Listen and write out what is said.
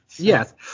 Yes